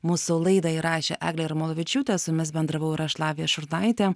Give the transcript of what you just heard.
mūsų laidą įrašė eglė jarmolavičiūtė su jumis bendravau ir aš lavija šurnaitė